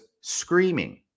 screaming